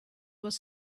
was